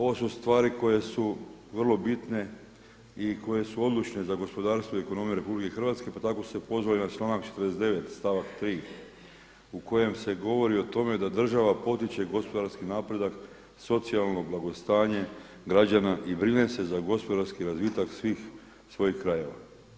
Ovo su stvari koje su vrlo bitne i koje su odlične za gospodarstvo i ekonomiju RH pa tako su se pozvali na članak 49. stavak 3. u kojem se govori o tome da država potiče gospodarski napredak, socijalno blagostanje građana i brine se za gospodarski razvitak svih svojih krajeva.